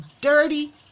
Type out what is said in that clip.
dirty